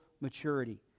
maturity